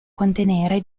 contenere